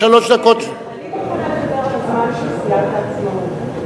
אני מוכנה לדבר על הזמן של סיעת העצמאות.